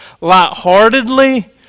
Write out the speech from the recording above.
lightheartedly